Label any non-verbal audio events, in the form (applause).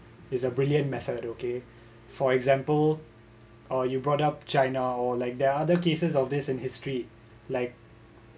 is a brilliant method okay (breath) for example uh you brought up china or like the other cases of this in history like